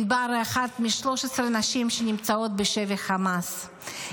ענבר היא אחת מ-13 נשים שנמצאות בשבי חמאס.